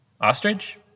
Ostrich